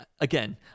again